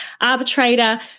arbitrator